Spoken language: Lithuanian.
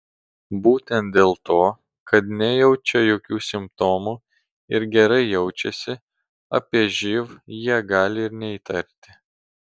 būtent dėl to kad nejaučia jokių simptomų ir gerai jaučiasi apie živ jie gali ir neįtarti